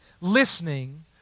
listening